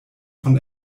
von